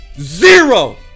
zero